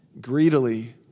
greedily